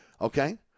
okay